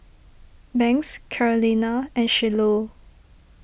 Banks Carolina and Shiloh